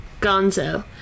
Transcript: gonzo